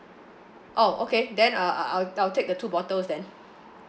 oh okay then uh I'll I'll take the two bottles then